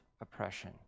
oppression